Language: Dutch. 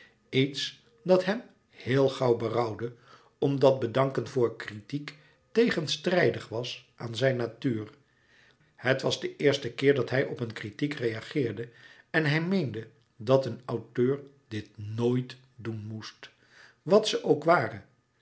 iets dat hem heel gauw berouwde omdat bedanken voor kritiek tegenstrijdig was aan zijn natuur het was de eerste keer dat hij op een kritiek reageerde en hij meende dat een auteur dit nooit doen moest wat ze ook ware